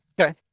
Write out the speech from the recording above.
Okay